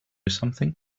something